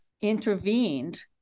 intervened